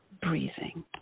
breathing